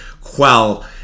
quell